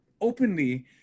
openly